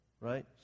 right